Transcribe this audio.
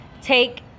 take